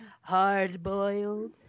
Hard-boiled